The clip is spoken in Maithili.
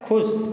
खुश